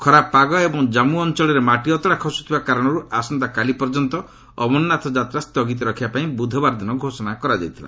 ଖରାପ ପାଗ ଏବଂ ଜନ୍ମୁ ଅଞ୍ଚଳରେ ମାଟି ଅତଡ଼ା ଖସୁଥିବା କାରଣରୁ ଆସନ୍ତାକାଲି ପର୍ଯ୍ୟନ୍ତ ଅମରନାଥ ଯାତ୍ରା ସ୍ଥଗିତ ରଖିବାପାଇଁ ବୁଧବାର ଦିନ ଘୋଷଣା କରାଯାଇଥିଲା